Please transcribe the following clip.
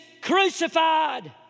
crucified